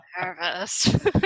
nervous